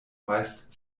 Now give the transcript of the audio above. meist